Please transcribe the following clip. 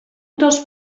dels